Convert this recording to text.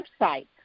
website